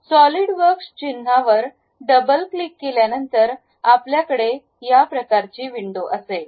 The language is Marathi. सॉलीडवर्क्स चिन्हावर डबल क्लिक केल्यानंतर आपल्याकडे या प्रकारची विंडो असेल